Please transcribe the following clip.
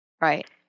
Right